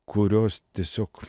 kurios tiesiog